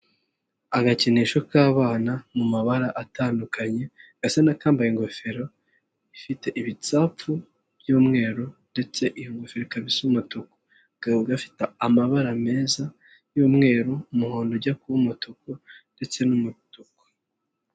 Agakinisho k'abana mu mabara atandukanye gasa n'akambaye ingofero ifite ibitsapfu by'umweru ndetse iyo ngofero ikaba isa umutuku, kaba gafite amabara meza y'umweru, umuhondo ujya kuba umutuku ndetse n'umutuku.